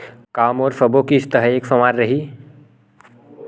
का मोर सबो किस्त ह एक समान रहि?